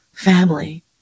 Family